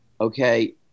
Okay